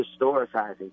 historicizing